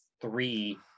three